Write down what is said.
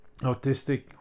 autistic